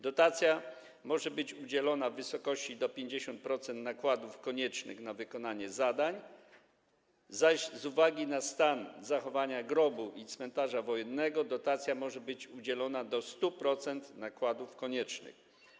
Dotacja może być udzielona w wysokości do 50% nakładów koniecznych na wykonanie zadań, zaś z uwagi na stan zachowania grobu i cmentarza wojennego dotacja może być udzielona do 100% nakładów koniecznych.